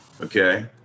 Okay